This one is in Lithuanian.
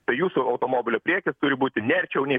tai jūsų automobilio priekis turi būti ne arčiau nei